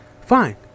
fine